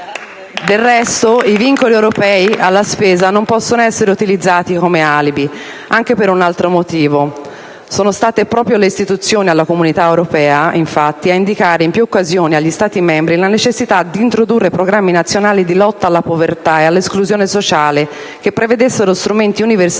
Del resto i vincoli europei alla spesa non possono essere utilizzati come alibi anche per un altro motivo. Sono state proprio le istituzioni della Comunità europea, infatti, a indicare in più occasioni agli Stati membri la necessità di introdurre programmi nazionali di lotta alla povertà e all'esclusione sociale che prevedessero strumenti universalistici